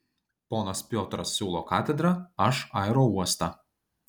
ponas piotras siūlo katedrą aš aerouostą